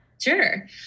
Sure